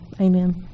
Amen